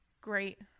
great